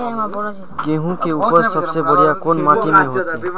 गेहूम के उपज सबसे बढ़िया कौन माटी में होते?